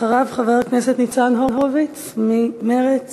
אחריו, חבר הכנסת ניצן הורוביץ ממרצ